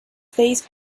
these